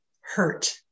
hurt